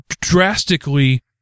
drastically